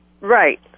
Right